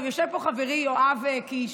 יושב פה חברי יואב קיש,